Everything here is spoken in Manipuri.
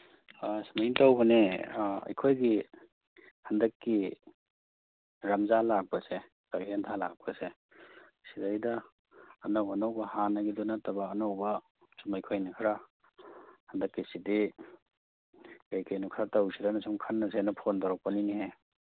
ꯁꯨꯃꯥꯏ ꯇꯧꯕꯅꯦ ꯑꯩꯈꯣꯏꯒꯤ ꯍꯟꯗꯛꯀꯤ ꯔꯝꯖꯥꯟ ꯂꯥꯛꯄꯁꯦ ꯆꯥꯛꯍꯦꯟꯊꯥ ꯂꯥꯛꯄꯁꯦ ꯁꯤꯗꯩꯗ ꯑꯅꯧ ꯑꯅꯧꯕ ꯍꯥꯟꯟꯒꯤꯗꯨ ꯅꯠꯇꯕ ꯑꯅꯧꯕ ꯁꯨꯝ ꯑꯩꯈꯣꯏꯅ ꯈꯔ ꯍꯟꯗꯛꯀꯤꯁꯤꯗꯤ ꯀꯩꯀꯩꯅꯣ ꯈꯔ ꯇꯧꯁꯤꯔꯥꯅ ꯁꯨꯝ ꯈꯟꯅꯁꯦꯅ ꯐꯣꯟ ꯇꯧꯔꯛꯄꯅꯤꯅꯦꯍꯦ